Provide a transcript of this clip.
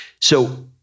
So-